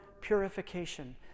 purification